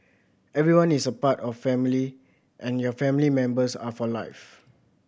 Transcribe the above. everyone is a part of family and your family members are for life